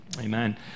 Amen